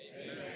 Amen